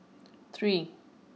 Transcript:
three